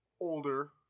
older